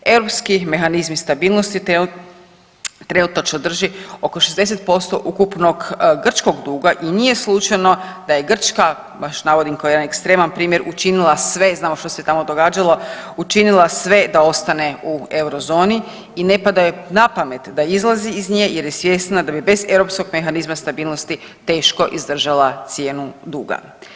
Europski mehanizmi stabilnosti trenutačno drži oko 60% ukupnog grčkog duga i nije slučajno da je Grčka baš navodim kao jedan ekstreman primjer učinila sve znalo što se tamo događalo učinila sve da ostane u euro zoni i ne pada joj na pamet da izlazi iz nje jer je svjesna da bi bez europskog mehanizma stabilnosti teško izdržala cijenu duga.